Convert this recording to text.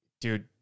dude